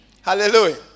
Hallelujah